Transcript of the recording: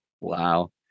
Wow